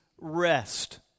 rest